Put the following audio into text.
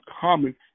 common